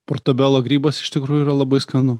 portabelo grybas iš tikrųjų yra labai skanu